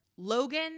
Logan